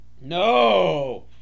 No